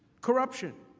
corruption.